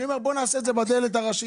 אני אומר שנעשה את זה בדלת הראשית.